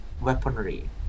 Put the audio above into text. weaponry